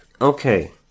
Okay